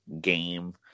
game